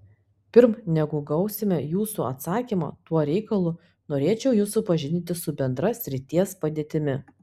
pirm negu gausime jūsų atsakymą tuo reikalu norėčiau jus supažindinti su bendra srities padėtimi